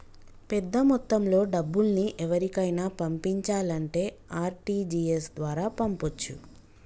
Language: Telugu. పెద్దమొత్తంలో డబ్బుల్ని ఎవరికైనా పంపించాలంటే ఆర్.టి.జి.ఎస్ ద్వారా పంపొచ్చు